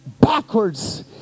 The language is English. backwards